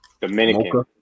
Dominican